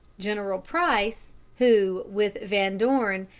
general price, who, with van dorn,